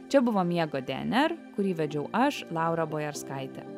čia buvo miego dnr kurį vedžiau aš laura bojarskaitė